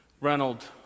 Reynolds